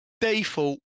default